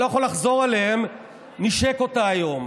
לא יכול לחזור עליהן נישק אותה היום.